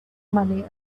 money